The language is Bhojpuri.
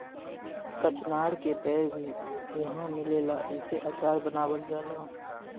कचनार के पेड़ भी इहाँ मिलेला एसे अचार बनावल जाला